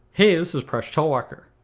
hey this is presh talwalkar.